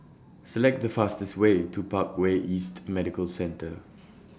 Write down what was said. Select The fastest Way to Parkway East Medical Centre